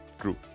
True